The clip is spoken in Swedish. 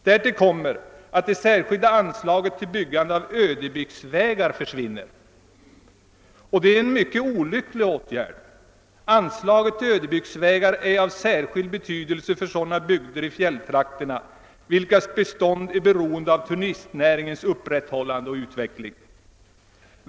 Därtill kommer att det särskilda anslaget till byggande av ödebygdsvägar försvinner, och det är en mycket olycklig åtgärd. Anslaget till ödebygdsvägar är av särskild betydelse för sådana bygder i fjälltrakterna, vilkas fortbestånd är beroende av turistnäringens upprätthållande och utveckling.